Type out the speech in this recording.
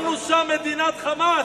הקמנו שם מדינת "חמאס".